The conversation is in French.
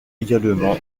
également